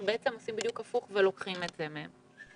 בעצם עושים בדיוק הפוך ולוקחים את זה מהם.